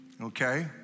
okay